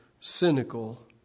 cynical